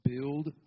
Build